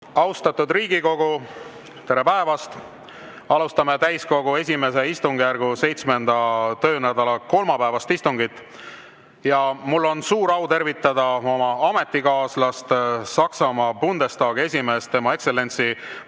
Austatud Riigikogu, tere päevast! Alustame täiskogu I istungjärgu 7. töönädala kolmapäevast istungit. Mul on suur au tervitada oma ametikaaslast, Saksamaa Bundestagi esimeest, Tema Ekstsellentsi